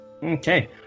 Okay